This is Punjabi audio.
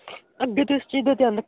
ਅੱਗੇ ਤੋਂ ਇਸ ਚੀਜ਼ ਦਾ ਧਿਆਨ ਰੱਖੂਗੇ